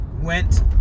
went